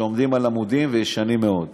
שעומדים על עמודים, ישנים מאוד.